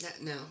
no